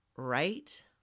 Right